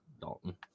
Dalton